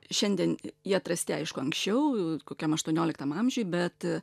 šiandien jie atrasti aišku anksčiau kokiam aštuonioliktam amžiui bet